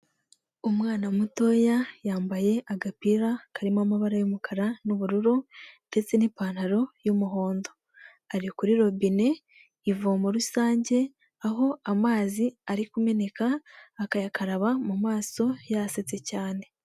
Umwana mutoya yambaye agapira karimo amabara y'umukara n'ubururu, ndetse n'ipantaro y'umuhondo. Ari kuri robine, ivomo rusange, aho amazi ari kumeneka akayakaraba mu maso, yasetse cyane.